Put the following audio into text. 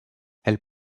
elles